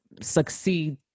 succeed